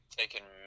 taking